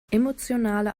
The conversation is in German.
emotionale